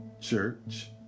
church